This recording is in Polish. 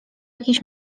jakiejś